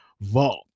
vault